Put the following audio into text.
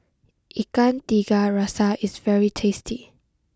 Ikan Tiga Rasa is very tasty